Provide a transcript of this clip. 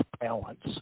balance